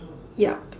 yup